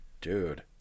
Dude